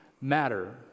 matter